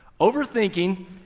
Overthinking